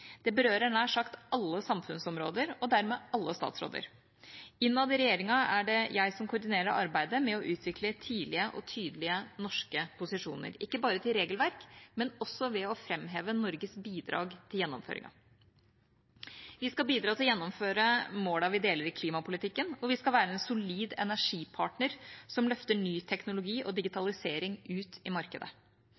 Det berører nær sagt alle samfunnsområder – og dermed alle statsråder. Innad i regjeringa er det jeg som koordinerer arbeidet med å utvikle tidlige og tydelige norske posisjoner, ikke bare til regelverk, men også ved å framheve Norges bidrag til gjennomføringen. Vi skal bidra til å gjennomføre målene vi deler i klimapolitikken, og vi skal være en solid energipartner som løfter ny teknologi og